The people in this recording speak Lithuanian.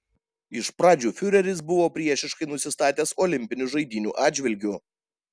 iš pradžių fiureris buvo priešiškai nusistatęs olimpinių žaidynių atžvilgiu